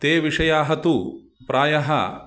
ते विषयाः तु प्रायः